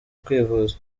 kwivuza